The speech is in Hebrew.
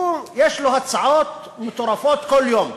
הוא, יש לו הצעות מטורפות כל יום.